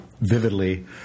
vividly